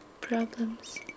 problems